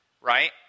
Right